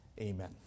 Amen